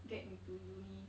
get into uni